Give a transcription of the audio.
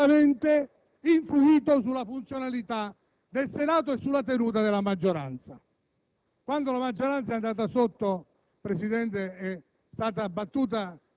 la loro doppia veste non ha certamente influito sulla funzionalità del Senato e sulla tenuta della maggioranza. Quando la maggioranza è andata sotto,